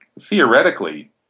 Theoretically